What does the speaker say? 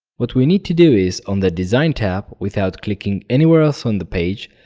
what we need to do is, on the design tab, without clicking anywhere else on the page,